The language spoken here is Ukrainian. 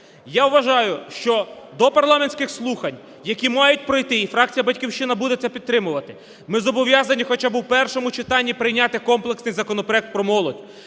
Я вважаю, що до парламентських слухань, які мають пройти, і фракція "Батьківщина" буде це підтримувати, ми зобов'язані хоча б у першому читанні прийняти комплексний законопроект про молодь,